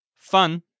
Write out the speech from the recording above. Fun